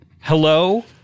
Hello